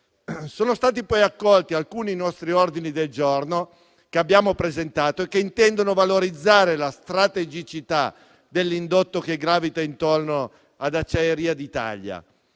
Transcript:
Sono stati poi accolti alcuni nostri ordini del giorno che abbiamo presentato e che intendono valorizzare la strategicità dell'indotto che gravita intorno ad Acciaierie d'Italia,